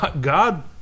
God